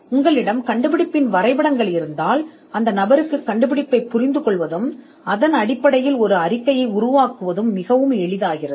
உங்களிடம் கண்டுபிடிப்பின் வரைபடங்கள் இருந்தால் அந்த நபருக்கு கண்டுபிடிப்பைப் புரிந்துகொள்வதும் அதன் அடிப்படையில் ஒரு அறிக்கையை உருவாக்குவதும் மிகவும் எளிதாகிறது